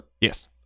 Yes